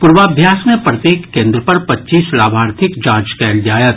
पूर्वाभ्यास मे प्रत्येक केन्द्र पर पच्चीस लाभार्थीक जांच कयल जायत